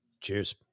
cheers